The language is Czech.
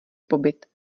pobyt